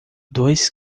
dois